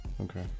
Okay